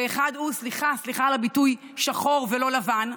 ואחד הוא, סליחה, סליחה על הביטוי שחור ולא לבן,